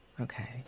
okay